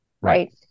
Right